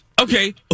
Okay